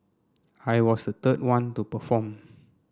I was the third one to perform